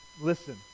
listen